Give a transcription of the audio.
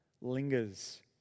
lingers